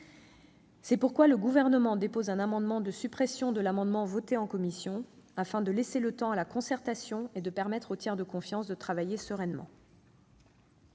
C'est pourquoi le Gouvernement a déposé un amendement de suppression de la disposition adoptée en commission. Nous souhaitons laisser le temps à la concertation et permettre aux tiers de confiance de travailler sereinement.